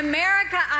America